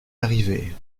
arrivée